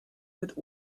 mit